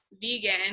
vegan